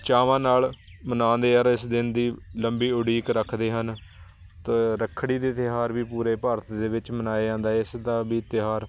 ਚਾਵਾਂ ਨਾਲ ਮਨਾਉਂਦੇ ਹੈ ਔਰ ਇਸ ਦਿਨ ਦੀ ਲੰਬੀ ਉਡੀਕ ਰੱਖਦੇ ਹਨ ਅਤੇ ਰੱਖੜੀ ਦੇ ਤਿਉਹਾਰ ਵੀ ਪੂਰੇ ਭਾਰਤ ਦੇ ਵਿੱਚ ਮਨਾਇਆ ਜਾਂਦਾ ਹੈ ਇਸਦਾ ਵੀ ਤਿਉਹਾਰ